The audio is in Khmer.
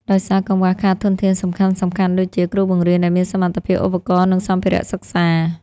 ដោយសារកង្វះខាតធនធានសំខាន់ៗដូចជា គ្រូបង្រៀនដែលមានសមត្ថភាព ឧបករណ៍ និងសម្ភារៈសិក្សា។